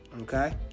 okay